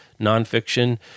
nonfiction